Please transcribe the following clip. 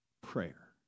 prayer